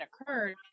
occurred